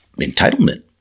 entitlement